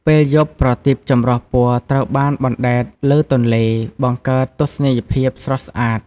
ពេលយប់ ប្រទីបចម្រុះពណ៌ត្រូវបាន បណ្ដែតលើទន្លេ បង្កើតទស្សនីយភាពស្រស់ស្អាត។